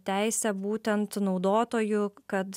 teisę būtent naudotojų kad